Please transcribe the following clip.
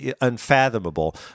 unfathomable